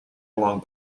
along